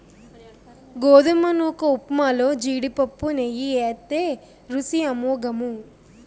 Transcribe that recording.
గోధుమ నూకఉప్మాలో జీడిపప్పు నెయ్యి ఏత్తే రుసి అమోఘము